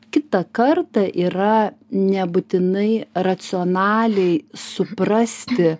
kitą kartą yra nebūtinai racionaliai suprasti